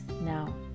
now